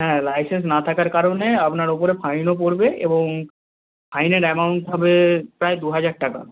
হ্যাঁ লাইসেন্স না থাকার কারণে আপনার ওপরে ফাইনও পড়বে এবং ফাইনের অ্যামাউন্ট হবে প্রায় দুহাজার টাকা